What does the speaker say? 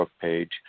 page